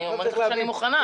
אני אומרת לך שאני מוכנה.